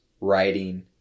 writing